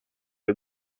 les